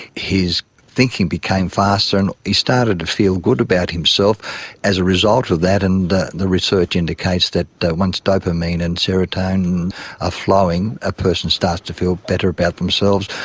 his thinking became faster and he started to feel good about himself as a result of that. and the the research indicates that that once dopamine and serotonin are ah flowing, a person starts to feel better about themselves,